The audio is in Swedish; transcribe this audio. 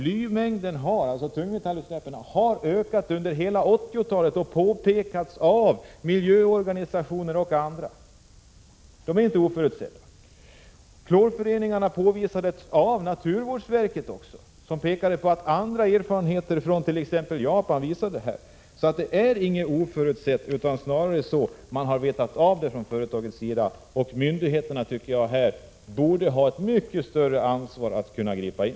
Tungmetallutsläppen har ökat under hela 1980-talet, och det har påpekats av bl.a. miljöorganisationer — de är inte oförutsedda! Klorföreningarna påvisades också av naturvårdsverket, som påpekade att erfarenheter från t.ex. Japan visar på sådana. Utsläppen är alltså inte oförutsedda — det är snarare så att man från företagets sida har vetat om dem. Myndigheterna borde här, tycker jag, ha ett mycket större ansvar för att gripa in.